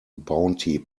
bounty